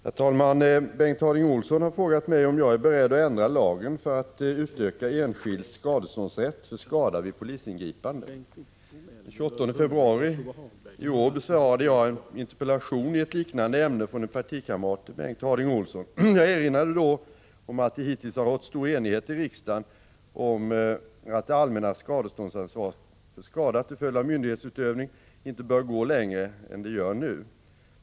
Herr talman! Bengt Harding Olson har frågat mig om jag är beredd att ändra lagen för att utöka enskilds skadeståndsrätt för skada vid polisingripande. Den 28 februari i år besvarade jag en interpellation i ett liknande ämne från en partikamrat till Bengt Harding Olson. Jag erinrade då om att det hittills har rått stor enighet i riksdagen om att det allmännas skadeståndsansvar för skada till följd av myndighetsutövning inte bör gå längre än det gör nu.